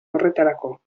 horretarako